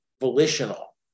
volitional